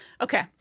Okay